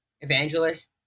evangelist